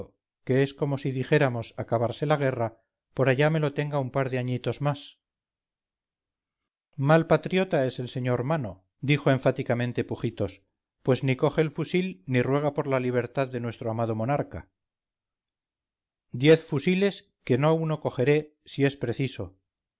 que escomo si dijéramos acabarse la guerra por allá me lo tenga un par de añitos más mal patriota es el sr mano dijo enfáticamente pujitos pues ni coge el fusil ni ruega por la libertad de nuestro amado monarca diez fusiles que no uno cogeré si es preciso